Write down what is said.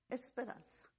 esperanza